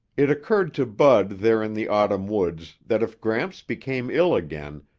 it occurred to bud there in the autumn woods that if gramps became ill again,